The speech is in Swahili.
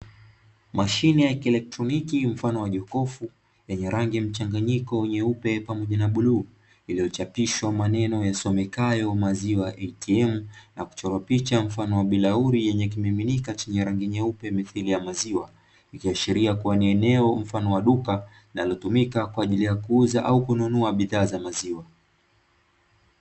Mashine ya kielektroniki mfano wa jokofu, yenye rangi mchanganyiko nyeupe pamoja na bluu; iliyochapishwa maneno yasomekayo "Maziwa ATM" na kuchorwa picha mfano wa bilauri yenye kimiminika chenye rangi nyeupe mithili ya maziwa, ikiashiria kuwa ni eneo mfano wa duka linalotumika kwa ajili ya kuuza au kununua bidha za maziwa.